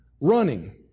Running